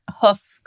Hoof